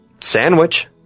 Sandwich